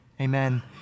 Amen